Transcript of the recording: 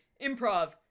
improv